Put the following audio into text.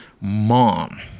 Mom